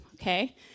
okay